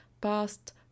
past